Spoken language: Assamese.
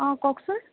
অ কওকচোন